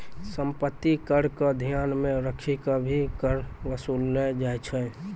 सम्पत्ति कर क ध्यान मे रखी क भी कर वसूललो जाय छै